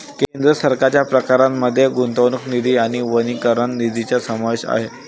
केंद्र सरकारच्या प्रकारांमध्ये गुंतवणूक निधी आणि वनीकरण निधीचा समावेश आहे